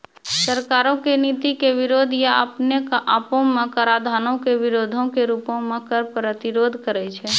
सरकारो के नीति के विरोध या अपने आपो मे कराधानो के विरोधो के रूपो मे कर प्रतिरोध करै छै